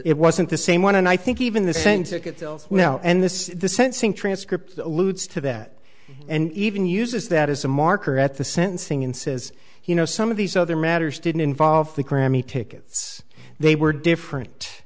it wasn't the same one and i think even the sense that now and this the sensing transcript alludes to that and even uses that as a marker at the sentencing and says you know some of these other matters didn't involve the grammy tickets they were different